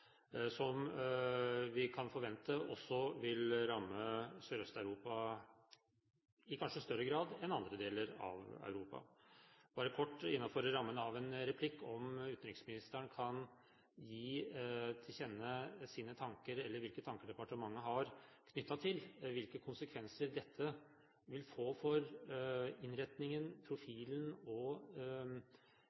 som vi kan forvente også vil ramme Sørøst-Europa i kanskje større grad enn andre deler av Europa. Kan utenriksministeren, bare kort innenfor rammen av en replikk, gi til kjenne hvilke tanker departementet har knyttet til hvilke konsekvenser dette vil få for innretningen, profilen og